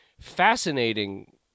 Fascinating